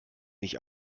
nicht